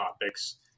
topics